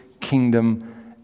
kingdom